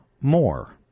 More